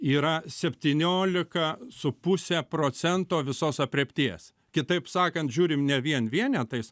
yra septyniolika su puse procento visos aprėpties kitaip sakant žiūrim ne vien vienetais